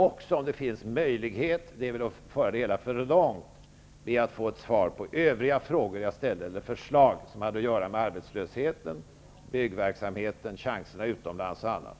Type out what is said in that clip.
Om det finns möjlighet -- men det är väl att föra det hela för långt -- skulle jag också be att få en kommentar till de förslag som hade att göra med arbetslösheten, byggverksamheten, chanserna utomlands och annat.